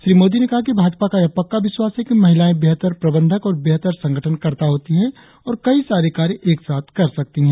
श्री मोदी ने कहा कि भाजपा का यह पक्का विश्वास है कि महिलायें बेहतर प्रबंधक और बेहतर संगठनकर्ता होती हैं और कई सारे कार्य एक साथ कर सकती है